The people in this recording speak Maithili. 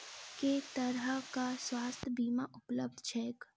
केँ तरहक स्वास्थ्य बीमा उपलब्ध छैक?